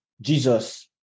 Jesus